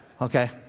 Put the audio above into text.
Okay